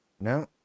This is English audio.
No